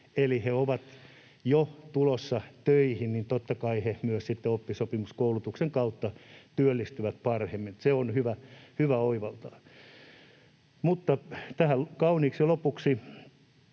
kun he ovat jo tulossa töihin, niin totta kai he myös sitten oppisopimuskoulutuksen kautta työllistyvät varhemmin. Se on hyvä oivaltaa. Tähän kauniiksi lopuksi,